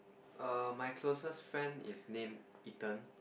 err my closest friend is named Ethan